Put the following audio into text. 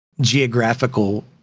geographical